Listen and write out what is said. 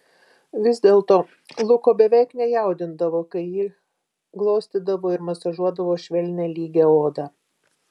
vis dėlto luko beveik nejaudindavo kai ji glostydavo ir masažuodavo švelnią lygią odą